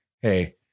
Hey